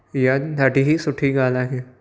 इहा ॾाढी ई सुठी ॻाल्ह आहे